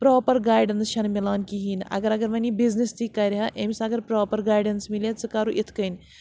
proper guidance چھَنہٕ مِلان کِہیٖنۍ اگر اگر وَنۍ یہِ بِزنس تہِ کَرِ ہا أمِس اگر پرٛاپَر گایڈَنٕس مِلِہ ہہ ژٕ کَرو اِتھ کٔنۍ